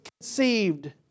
conceived